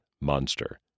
Monster